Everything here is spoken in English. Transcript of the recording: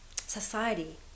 Society